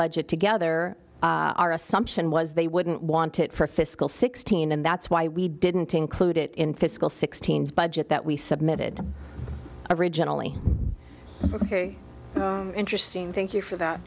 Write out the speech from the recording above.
budget together our assumption was they wouldn't want it for fiscal sixteen and that's why we didn't include it in fiscal sixteen's budget that we submitted originally ok interesting thank you for that